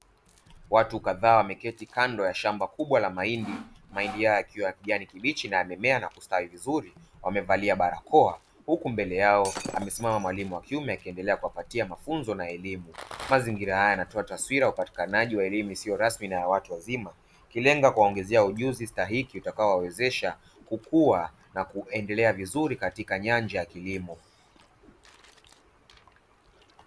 Watu kadhaa wameketi kando ya shamba kubwa la mahindi, mahindi haya yakiwa ya kijani kibichi na yamemea na kustawi vizuri, wamevalia barakoa huku mbele yao amesimama mwalimu wa kiume akiendelea kuwapatia mafunzo na elimu. Mazingira haya yanatoa taswira ya upatikanaji wa elimu isiyo rasmi na ya watu wazima, ikilenga kwaongezea ujuzi stahiki utakaowawezesha kukua na kuendelea vizuri katika nyanja ya kilimo.